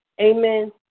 Amen